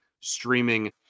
streaming